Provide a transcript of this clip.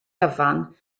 gyfan